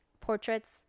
portraits